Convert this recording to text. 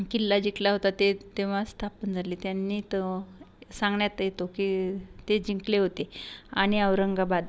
किल्ला जिंकला होता ते तेव्हा स्थापन झाले त्यांनी तो सांगण्यात येतो की ते जिंकले होते आणि औरंगाबाद